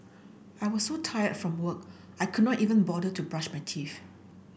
I was so tired from work I could not even bother to brush my teeth